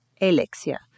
alexia